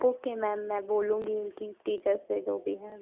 okay ma'am मैं बोलूँगी उनकी टीचर्स से जो भी है